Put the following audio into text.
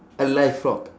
a live frog